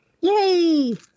Yay